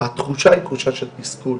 התחושה היא תחושה של תסכול.